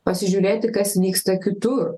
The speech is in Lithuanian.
pasižiūrėti kas vyksta kitur